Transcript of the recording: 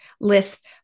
list